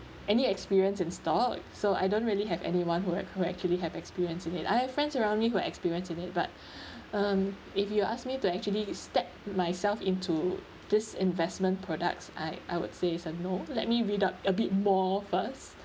any experience in stock so I don't really have anyone who had come actually have experience in it I have friends around me who experience in it but um if you ask me to actually step myself into this investment products I I would say it's a no let me read up a bit more first